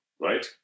right